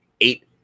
eight –